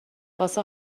واسه